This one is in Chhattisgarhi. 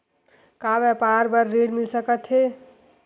का व्यापार बर ऋण मिल सकथे?